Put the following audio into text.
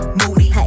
moody